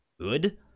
good